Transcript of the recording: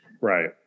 Right